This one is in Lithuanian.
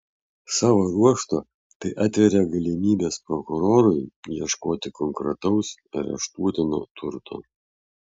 savo ruožtu tai atveria galimybes prokurorui ieškoti konkretaus areštuotino turto